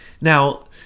Now